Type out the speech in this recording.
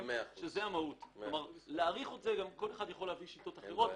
כל אחד יכול להעריך את זה בשיטות אחרות.